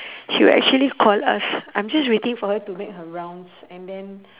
she will actually call us I'm just waiting for her to make her rounds and then